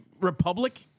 Republic